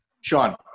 Sean